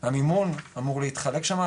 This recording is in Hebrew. המימון אמור להתחלק שמה,